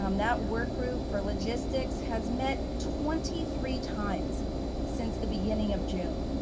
um that work group for logistics has met twenty three times since the beginning of june,